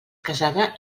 casada